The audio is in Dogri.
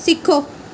सिक्खो